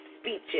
speeches